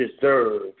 deserve